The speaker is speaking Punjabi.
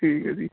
ਠੀਕ ਹੈ ਜੀ